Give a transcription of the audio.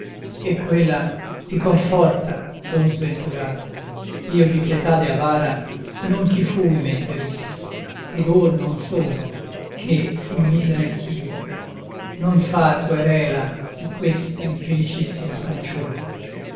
e quella ti conforta o sventurato io di pietade avara non ti fui mentre vissi ed or non sono che fui misera anch'io non far querela di questa infelicissima fanciulla